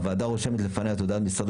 6. הוועדה רושמת לפניה את הודעת משרד